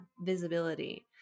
visibility